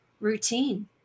routine